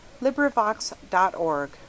LibriVox.org